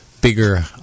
bigger